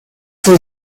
for